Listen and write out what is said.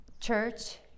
Church